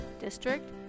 district